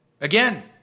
Again